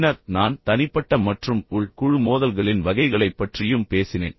பின்னர் நான் தனிப்பட்ட மற்றும் உள் குழு மோதல்களின் வகைகளைப் பற்றியும் பேசினேன்